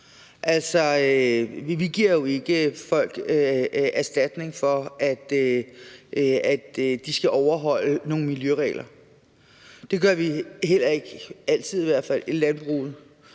vi giver jo ikke folk erstatning for, at de skal overholde nogle miljøregler. Det gør vi heller ikke – altid i hvert